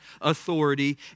authority